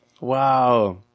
Wow